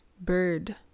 bird